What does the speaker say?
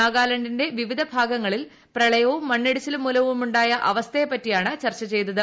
നാഗാലാന്റിന്റെ പ്രിവിധ ഭാഗങ്ങളിൽ പ്രളയവും മണ്ണിടിച്ചിലും മൂലമു ായ അവ്സ്ഥയെപ്പറ്റിയാണ് ചർച്ച ചെയ്തത്